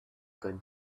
going